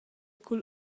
cun